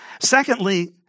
Secondly